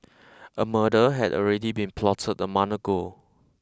a murder had already been plotted a month ago